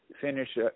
finish